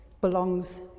belongs